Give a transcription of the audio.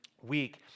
week